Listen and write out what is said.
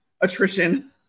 attrition